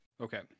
Okay